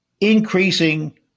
increasing